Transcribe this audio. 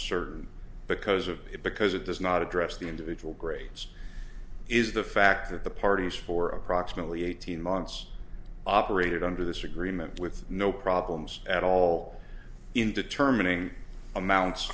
certain because of it because it does not address the individual grades is the fact that the parties for approximately eighteen months operated under this agreement with no problems at all in determining amounts